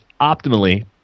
optimally